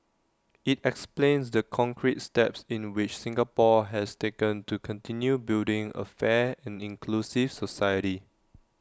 IT explains the concrete steps in which Singapore has taken to continue building A fair and inclusive society